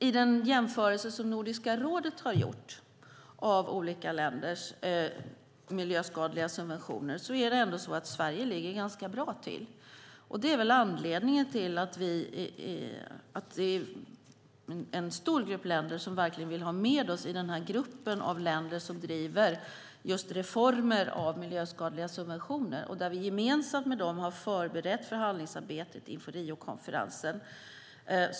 I den jämförelse som Nordiska rådet gjort av olika länders miljöskadliga subventioner är det ändå så att Sverige ligger ganska bra till, vilket jag vill framhålla i detta sammanhang. Det är väl anledningen till att en stor grupp länder verkligen vill ha med oss i den grupp av länder som driver reformer av miljöskadliga subventioner och där vi gemensamt har förberett förhandlingsarbetet inför Riokonferensen.